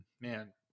man